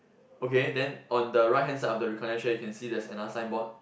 okay then on the right hand side of the recliner chair you can see there's another signboard